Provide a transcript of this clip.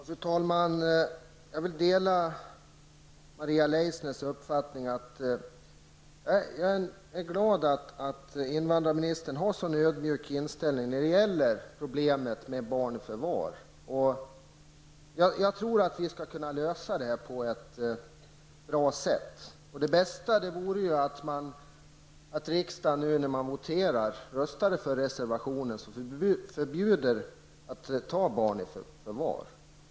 Fru talman! Jag delar Maria Leissners glädje över att invandrarministern har en så ödmjuk inställning när det gäller barn i förvar. Jag tror att vi skall kunna lösa det problemet på ett bra sätt. Det bästa vore ju att en majoritet i riksdagen röstade för reservationen, så att vi förbjuder att barn tas i förvar.